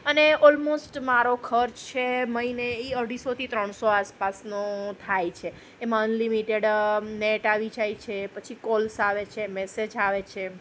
અને ઓલમોસ્ટ મારો ખર્ચ છે મહિને એ અઢીસોથી ત્રણસો આસપાસનો થાય છે એમાં અનલિમિટેડ નેટ આવી જાય છે પછી કોલ્સ આવે છે મેસેજ આવે છે